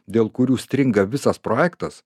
dėl kurių stringa visas projektas